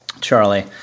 Charlie